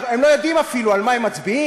הם לא יודעים אפילו על מה הם מצביעים,